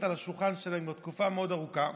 על השולחן שלהם כבר תקופה מאוד ארוכה.